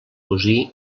cosir